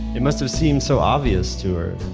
it must've seemed so obvious to her.